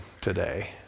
today